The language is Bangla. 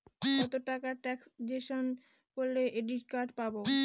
কত টাকা ট্রানজেকশন করলে ক্রেডিট কার্ড পাবো?